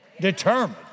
Determined